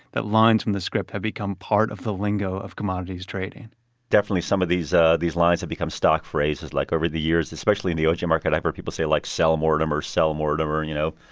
that lines from the script have become part of the lingo of commodities trading definitely some of these ah these lines have become stock phrases, like over the years, especially in the oj market. i've heard people say, like, sell mortimer, sell mortimer, you know.